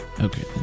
Okay